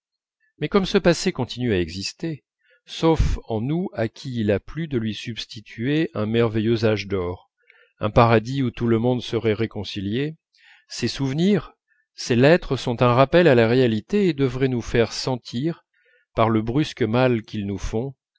mais comme ce passé continue à exister sauf en nous à qui il a plu de lui substituer un merveilleux âge d'or un paradis où tout le monde sera réconcilié ces souvenirs ces lettres sont un rappel à la réalité et devraient nous faire sentir par le brusque mal qu'ils nous font